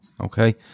okay